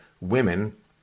women